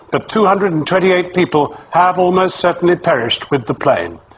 but two hundred and twenty eight people have almost certainly perished with the plane.